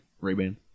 Ray-Ban